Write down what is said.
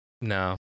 No